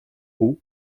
haut